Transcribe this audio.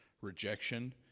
rejection